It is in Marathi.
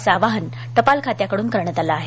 असे आवाहन टपाल खात्याकडून करण्यात आले आहे